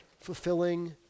fulfilling